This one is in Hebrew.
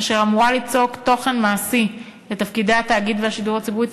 אשר אמורה ליצוק תוכן מעשי לתפקידי התאגיד והשידור הציבורי,